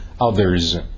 others